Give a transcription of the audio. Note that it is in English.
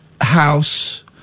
house